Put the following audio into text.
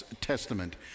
Testament